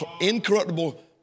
incorruptible